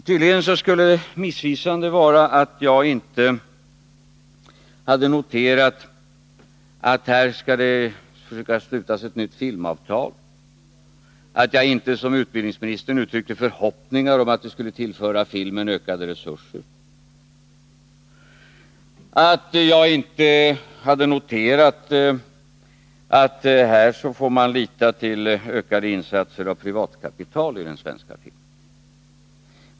Tydligen skulle det vara missvisande att jag inte hade noterat att man skulle försöka sluta ett nytt filmavtal, att jag inte som utbildningsministern uttryckte förhoppningar om att det skulle tillföra filmen ökade resurser, att jag inte hade noterat att man här får lita till ökade insatser från privatkapitalet till den svenska filmen.